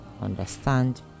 understand